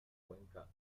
cuenca